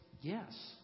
yes